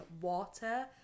water